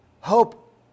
hope